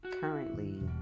Currently